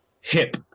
Hip